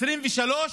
זה בשנת 2024,